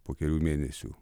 po kelių mėnesių